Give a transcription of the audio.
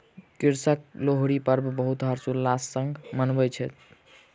कृषक लोहरी पर्व बहुत हर्ष उल्लास संग मनबैत अछि